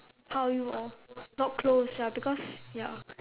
how are you orh not close ya because ya